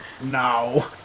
No